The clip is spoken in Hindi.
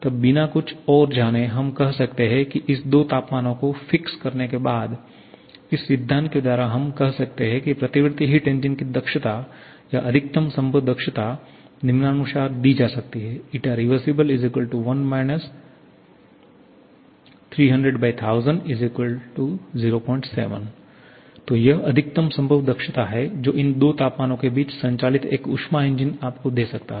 तब बिना कुछ और जाने हम कह सकते हैं कि इस दो तापमानों को फिक्स करने के बाद इस सिद्धांत के द्वारा हम कह सकते है की प्रतिवर्ती हिट इंजन की दक्षता या अधिकतम संभव दक्षता निम्नानुसार दी जा सकती है rev1 300100007 तो यह अधिकतम संभव दक्षता है जो इन दो तापमानों के बीच संचालित एक ऊष्मा इंजन आपको दे सकता है